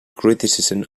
criticism